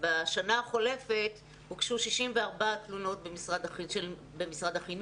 בשנה החולפת הוגשו 64 תלונות במשרד החינוך,